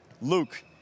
Luke